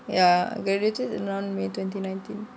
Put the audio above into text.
ya graduated around may twenty nineteen